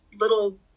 little